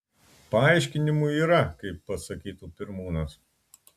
paaiškinimų yra kaip pasakytų pirmūnas